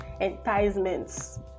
enticements